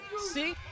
See